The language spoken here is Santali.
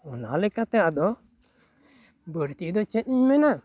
ᱚᱱᱟ ᱞᱮᱠᱟᱛᱮ ᱟᱫᱚ ᱵᱟᱹᱲᱛᱤ ᱫᱚ ᱪᱮᱜ ᱤᱧ ᱢᱮᱱᱟ